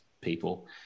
people